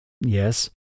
Yes